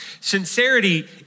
Sincerity